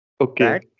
Okay